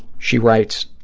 she writes,